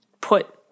put